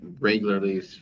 regularly